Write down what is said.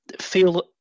feel